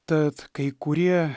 tad kai kurie